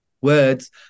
words